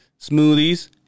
smoothies